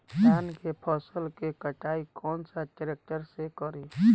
धान के फसल के कटाई कौन सा ट्रैक्टर से करी?